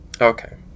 Okay